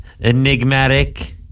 enigmatic